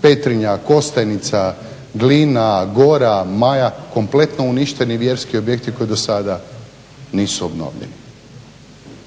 Petrinja, Kostajnica, Glina, Gora, Maja, kompletno uništeni vjerski objekti koji do sada nisu obnovljeni.